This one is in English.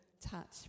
touch